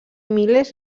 milers